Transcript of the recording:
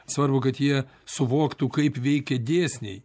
svarbu kad jie suvoktų kaip veikia dėsniai